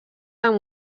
amb